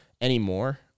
anymore